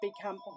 become